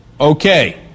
okay